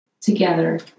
together